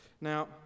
Now